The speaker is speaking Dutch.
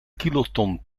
kiloton